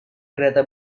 kereta